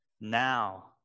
now